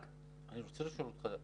אני רוצה לשאול אותך.